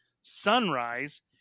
sunrise